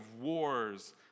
wars